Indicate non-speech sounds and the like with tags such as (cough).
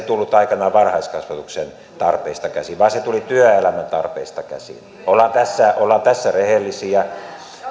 (unintelligible) tullut aikanaan varhaiskasvatuksen tarpeista käsin vaan se tuli työelämän tarpeista käsin ollaan tässä ollaan tässä rehellisiä ja